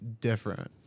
different